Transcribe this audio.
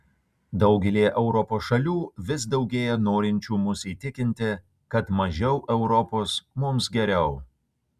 daugelyje europos šalių vis daugėja norinčių mus įtikinti kad mažiau europos mums geriau